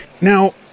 Now